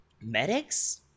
Medics